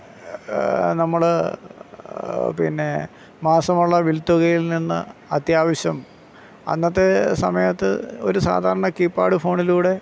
നമ്മൾ പിന്നെ മാസമുള്ള വിൽ തുകയിൽ നിന്ന് അത്യാവശ്യം അന്നത്തെ സമയത്ത് ഒരു സാധാരണ കീപാഡ് ഫോണിലൂടെ